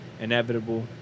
inevitable